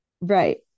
right